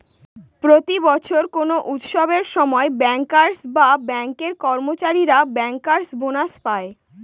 প্রতি বছর কোনো উৎসবের সময় ব্যাঙ্কার্স বা ব্যাঙ্কের কর্মচারীরা ব্যাঙ্কার্স বোনাস পায়